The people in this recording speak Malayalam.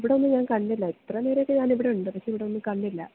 ഇവിടൊന്നും ഞാൻ കണ്ടില്ല ഇത്രയും നേരമായിട്ട് ഞാൻ ഇവിടെ ഉണ്ട് പക്ഷെ ഇവിടൊന്നും കണ്ടില്ല